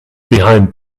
behind